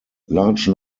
large